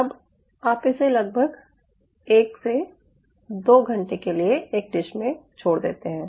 अब आप इसे लगभग 1 से 2 घंटे के लिए एक डिश में छोड़ देते हैं